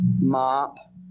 mop